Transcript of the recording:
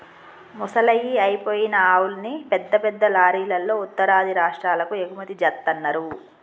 ముసలయ్యి అయిపోయిన ఆవుల్ని పెద్ద పెద్ద లారీలల్లో ఉత్తరాది రాష్టాలకు ఎగుమతి జేత్తన్నరు